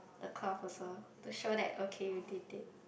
the cloth also to show that okay you did it